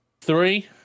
Three